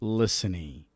listening